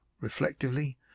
reflectively